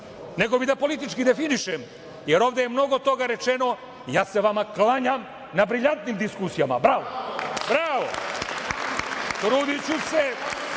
nego bih da politički definišem, jer ovde je mnogo toga rečeno, ja se vama klanjam na briljantnim diskusijama. Bravo! Trudiću se